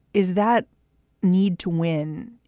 is that need to win?